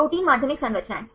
protein माध्यमिक संरचनाएं